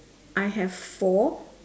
I have four